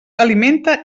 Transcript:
alimenta